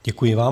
Děkuji vám.